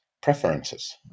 preferences